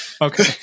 Okay